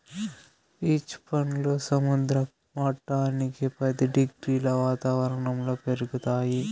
peach పండ్లు సముద్ర మట్టానికి పది డిగ్రీల వాతావరణంలో పెరుగుతాయి